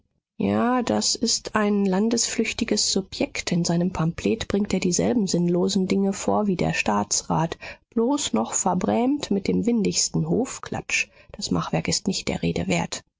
ja das ist ein landesflüchtiges subjekt in seinem pamphlet bringt er dieselben sinnlosen dinge vor wie der staatsrat bloß noch verbrämt mit dem windigsten hofklatsch das machwerk ist nicht der rede wert